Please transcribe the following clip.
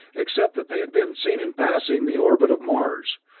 except that they had been seen in passing the orbit of mars,